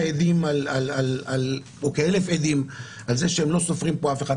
עדים או כאלף עדים על זה שהם לא סופרים פה אף אחד.